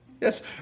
Yes